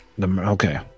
Okay